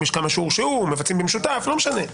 אם יש כמה שהורשעו או מבצעים במשותף לא משנה.